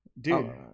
Dude